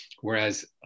Whereas